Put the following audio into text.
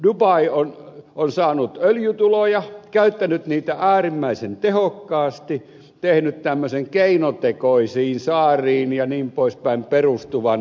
dubai on saanut öljytuloja käyttänyt niitä äärimmäisen tehokkaasti tehnyt tämmöisen keinotekoisiin saariin jnp